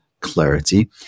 clarity